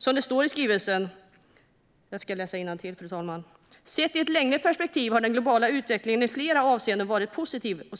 Som det står i skrivelsen: "Sett i ett längre perspektiv har den globala utvecklingen i flera avseenden varit positiv, och